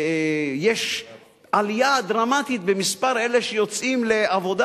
ויש עלייה דרמטית במספר אלה שיוצאים לעבודה.